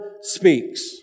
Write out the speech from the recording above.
speaks